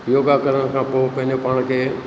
योगा करण खां पोइ पंहिंजे पाण खे